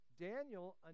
Daniel